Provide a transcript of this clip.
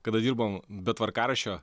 kada dirbom be tvarkaraščio